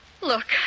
Look